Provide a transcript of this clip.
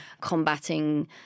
combating